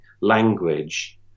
language